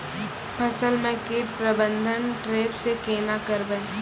फसल म कीट प्रबंधन ट्रेप से केना करबै?